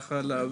וכך עלה,